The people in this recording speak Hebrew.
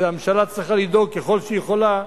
שהממשלה צריכה לדאוג, ככל שהיא יכולה,